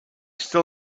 still